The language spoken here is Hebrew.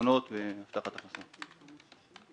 מזונות והבטחת הכנסה.